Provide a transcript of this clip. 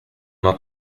not